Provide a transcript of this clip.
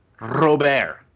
Robert